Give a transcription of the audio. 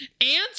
Ants